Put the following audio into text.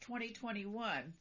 2021